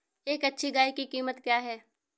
एक अच्छी गाय की कीमत क्या है?